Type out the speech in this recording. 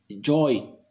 Joy